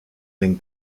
den